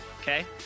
okay